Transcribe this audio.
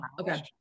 Okay